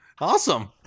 Awesome